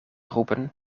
roepen